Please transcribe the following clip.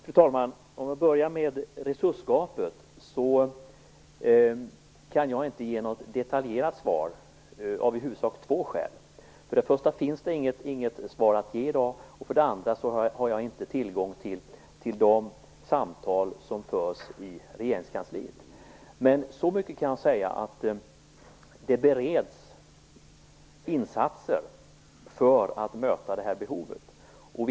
Fru talman! Om jag börjar med frågan om resursgapet måste jag säga att jag av i huvudsak två skäl inte kan ge något detaljerat svar. För det första finns det inget svar att ge i dag, och för det andra har jag inte tillgång till de samtal som förs i regeringskansliet. Så mycket kan jag säga att insatser för att möta detta behov bereds.